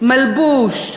מלבוש,